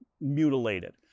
mutilated